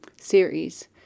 series